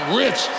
rich